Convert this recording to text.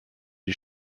die